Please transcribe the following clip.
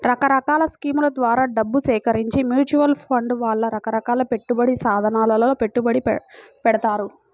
రకరకాల స్కీముల ద్వారా డబ్బు సేకరించి మ్యూచువల్ ఫండ్ వాళ్ళు రకరకాల పెట్టుబడి సాధనాలలో పెట్టుబడి పెడతారు